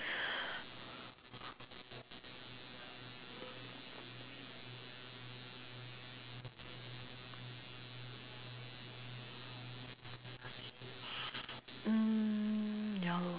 mm